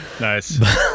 Nice